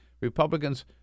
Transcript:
Republicans